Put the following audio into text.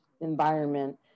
environment